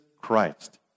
Christ